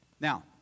Now